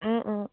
অঁ অঁ